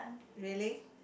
really